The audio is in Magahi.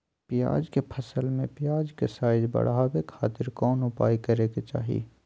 प्याज के फसल में प्याज के साइज बढ़ावे खातिर कौन उपाय करे के चाही?